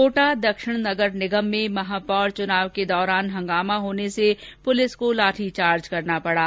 कोटा देक्षिण नगर निगम में महापौर चुनाव के दौरान हंगामा होने से पुलिस को लाठी चार्ज करना पड़ा